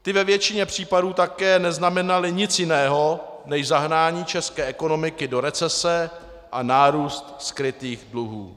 Ty ve většině případů také neznamenaly nic jiného než zahnání české ekonomiky do recese a nárůst skrytých dluhů.